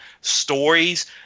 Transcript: stories